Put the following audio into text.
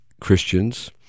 Christians